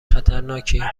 خطرناکیه